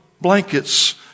blankets